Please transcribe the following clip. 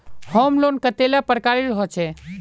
Home loan कतेला प्रकारेर होचे?